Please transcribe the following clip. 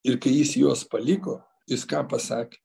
ir kai jis juos paliko jis ką pasakė